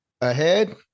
ahead